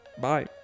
Bye